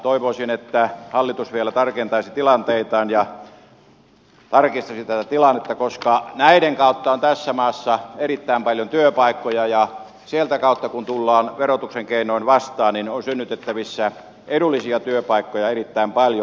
toivoisin että hallitus vielä tarkistaisi tätä tilannetta koska näiden kautta on tässä maassa erittäin paljon työpaikkoja ja sieltä kautta kun tullaan verotuksen keinoin vastaan on synnytettävissä edullisia työpaikkoja erittäin paljon